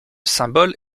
symbole